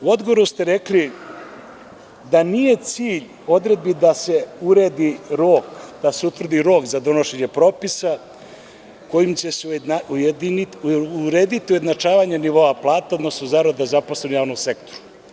Na odboru ste rekli da nije cilj odredbi da se utvrdi rok za donošenje propisa kojima će se urediti ujednačavanje nivoa plata, odnosno zarada zaposlenih u javnom sektoru.